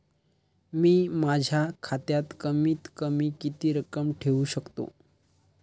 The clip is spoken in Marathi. मी माझ्या खात्यात कमीत कमी किती रक्कम ठेऊ शकतो?